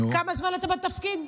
כמה זמן אתה בתפקיד?